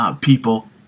people